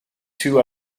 two